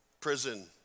prison